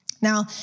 Now